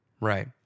Right